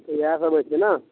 इएह सब होइ छै ने